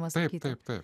masajų taip taip